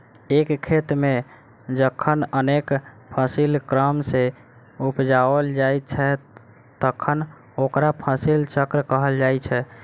एक खेत मे जखन अनेक फसिल क्रम सॅ उपजाओल जाइत छै तखन ओकरा फसिल चक्र कहल जाइत छै